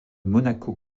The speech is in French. monaco